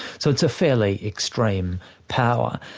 so it's a fairly extreme power.